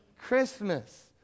Christmas